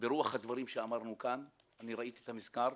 ברוח הדברים שאמרנו כאן ראיתי את המזכר.